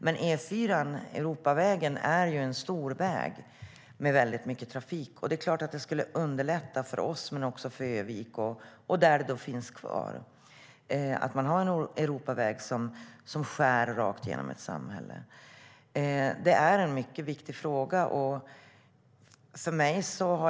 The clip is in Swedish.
Men Europavägen är ju en stor väg med väldigt mycket trafik, och det är klart att det skulle underlätta för oss om den leddes om men också för Örnsköldsvik och andra samhällen som en Europaväg skär rakt igenom. Det är en mycket viktig fråga.